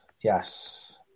Yes